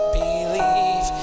believe